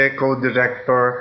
co-director